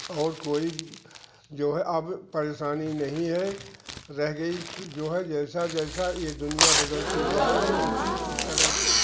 और कोई जो है अब परेशानी नहीं है रह गई सो जो है जैसा जैसा ये दुनिया बदलती जाएगी उसी उसी तरह से